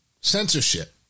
censorship